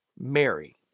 Mary